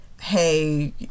hey